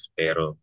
pero